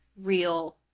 real